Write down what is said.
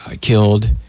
killed